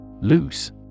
Loose